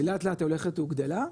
ולאט לאט הולכת וגדלה,